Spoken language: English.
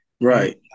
Right